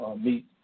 meet